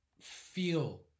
feel